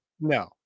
No